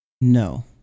no